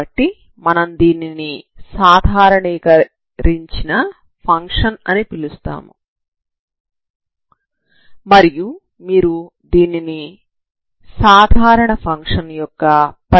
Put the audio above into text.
కాబట్టి మనం దీనిని సాధారణీకరించిన ఫంక్షన్ అని పిలుస్తాము మరియు దీనిని మీరు సాధారణ ఫంక్షన్ యొక్క పరిమితి గా చూస్తారు